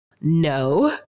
no